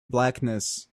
blackness